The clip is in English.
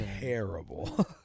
terrible